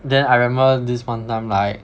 then I remember this one time like